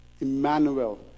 Emmanuel